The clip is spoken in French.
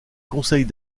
conseils